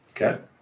okay